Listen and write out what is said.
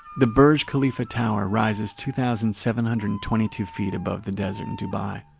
the burj khalifa tower rises two thousand seven hundred and twenty two feet above the desert in dubai.